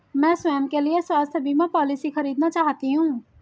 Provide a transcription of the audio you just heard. मैं स्वयं के लिए स्वास्थ्य बीमा पॉलिसी खरीदना चाहती हूं